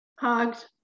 hogs